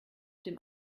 dem